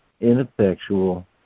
ineffectual